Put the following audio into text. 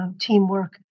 teamwork